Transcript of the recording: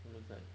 it looks like